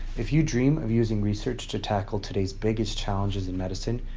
if you dream of using research to tackle today's biggest challenges in medicine,